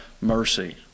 mercy